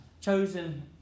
Chosen